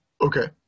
okay